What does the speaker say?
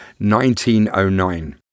1909